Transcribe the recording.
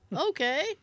Okay